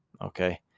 Okay